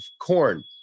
corn